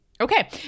Okay